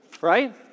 right